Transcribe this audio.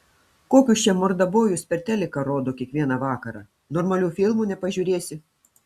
kokius čia mordabojus per teliką rodo kiekvieną vakarą normalių filmų nepažiūrėsi